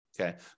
Okay